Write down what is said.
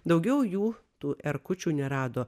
daugiau jų tų erkučių nerado